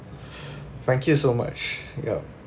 thank you so much ya